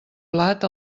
plat